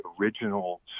original